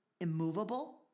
immovable